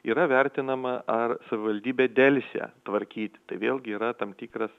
yra vertinama ar savivaldybė delsė tvarkyti tai vėlgi yra tam tikras